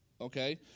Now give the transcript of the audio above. Okay